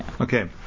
Okay